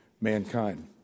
mankind